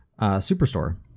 Superstore